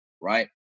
right